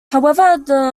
however